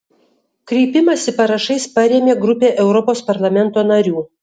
kreipimąsi parašais parėmė grupė europos parlamento narių